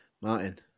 Martin